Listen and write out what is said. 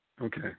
okay